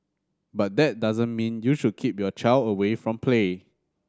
but that doesn't mean you should keep your child away from play